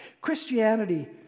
Christianity